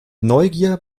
neugier